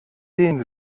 den